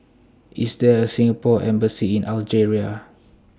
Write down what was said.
IS There A Singapore Embassy in Algeria